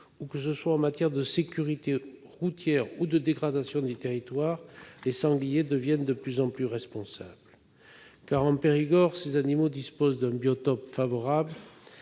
de semences, comme de sécurité routière ou de dégradation des territoires, les sangliers causent de plus en plus de dommages. En Périgord, ces animaux disposent d'un biotope favorable,